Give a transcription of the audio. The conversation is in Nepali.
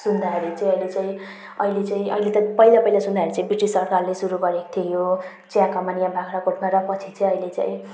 सुन्दाखेरि चाहिँ अहिले चाहिँ अहिले चाहिँ अहिले त पहिला पहिला सुन्दा चाहिँ ब्रिटिस सरकारले सुरु गरेको थियो यो चियाकमान यहाँ बाख्राकोटबाट र पछि चाहिँ अहिले चाहिँ